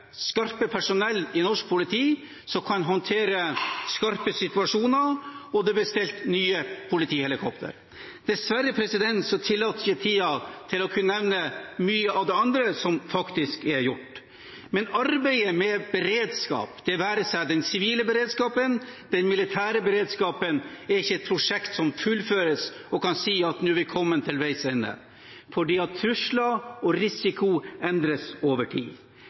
personell i norsk politi som kan håndtere skarpe situasjoner, og det er bestilt nye politihelikoptre. Dessverre tillater ikke tiden å nevne mye av det andre som faktisk er gjort. Men arbeidet med beredskap – det være seg den sivile eller den militære beredskapen – er ikke et prosjekt som fullføres, der en kan si at nå har vi kommet til veis ende, fordi trusler og risiko endres over tid.